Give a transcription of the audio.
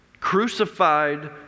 crucified